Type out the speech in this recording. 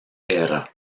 era